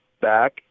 back